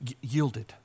yielded